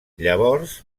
llavors